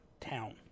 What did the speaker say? town